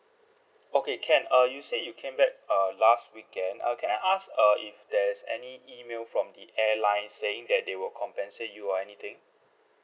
okay can uh you said you came back err last weekend uh can I ask uh if there's any email from the airline saying that they will compensate you or anything